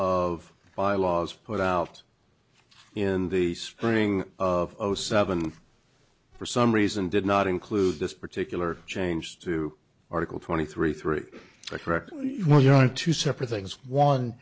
of bylaws put out in the spring of zero seven for some reason did not include this particular change to article twenty three three correct me where you are two separate things one